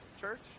church